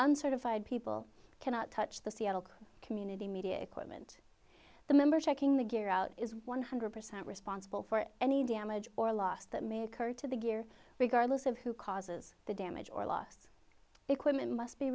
uncertified people cannot touch the seattle community media equipment the member checking the gear out is one hundred percent responsible for any damage or loss that may occur to the gear regardless of who causes the damage or lost equipment must be